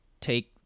take